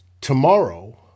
tomorrow